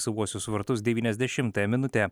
savuosius vartus devyniasdešimtąją minutę